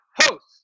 host